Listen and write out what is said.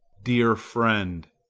dear friend,